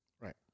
Right